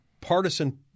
partisan